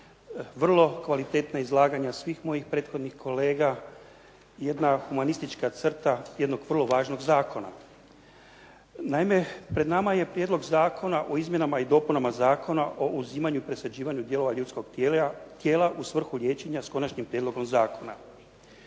vrlo kvalitetna izlaganja svih mojih prethodnih kolega, jedna humanistička crta jednog vrlo važnog zakona. Naime, pred nama je Prijedlog zakona o izmjenama i dopunama Zakona o uzimanju i presađivanju dijelova ljudskog tijela u svrhu liječenja, s Konačnim prijedlogom zakona.